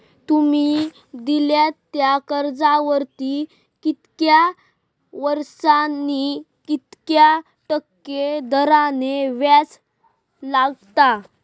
तुमि दिल्यात त्या कर्जावरती कितक्या वर्सानी कितक्या टक्के दराने व्याज लागतला?